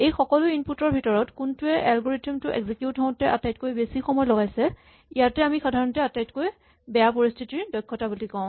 এই সকলো ইনপুট ৰ ভিতৰত কোনটোৱে এলগৰিথম টো এক্সিকিউট হওঁতে আটাইতকৈ বেছি সময় লগাইছে ইয়াকে আমি সাধাৰণতে আটাইতকৈ বেয়া পৰিস্হিতিৰ দক্ষতা বুলি কওঁ